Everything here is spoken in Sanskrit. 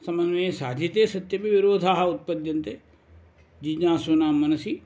समन्वये साधिते सत्यपि विरोधाः उत्पद्यन्ते जीज्ञासूनां मनसि